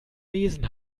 lesen